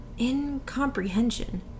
Incomprehension